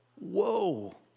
Whoa